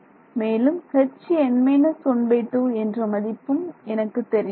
மேலும் Hn−12 என்ற மதிப்பும் எனக்கு தெரியும்